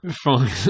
Fine